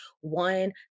one